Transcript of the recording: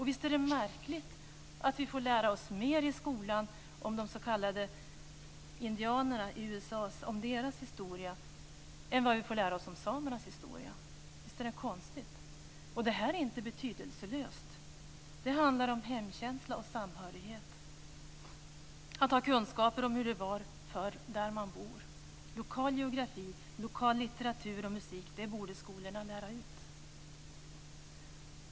Visst är det märkligt att vi i skolan får lära oss mer om USA:s indianers historia än om samernas historia. Det här är inte betydelselöst - det handlar om hemkänsla och samhörighet, att ha kunskaper om hur det var förr där man bor. Lokal geografi, lokal litteratur och musik - det borde skolorna lära ut.